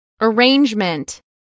Arrangement